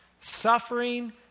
suffering